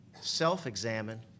self-examine